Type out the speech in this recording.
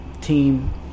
team